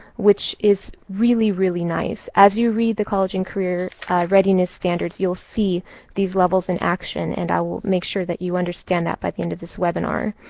which is really, really nice. as you read the college and career readiness standards, you'll see these levels in action. and i will make sure that you understand that by the end of this webinar.